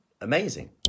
amazing